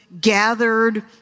gathered